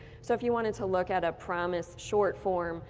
so if you wanted to look at a promis short form,